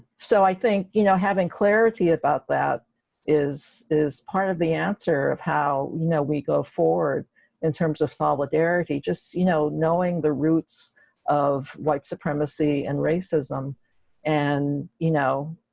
so i think you know having clarity about that is is part of the answer of how you know we go forward in terms of solidarity just you know knowing the roots of white supremacy and racism and you know,